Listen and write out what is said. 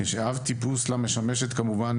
כשהאב טיפוס לה משמשת כמובן,